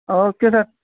okay sir